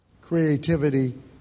Creativity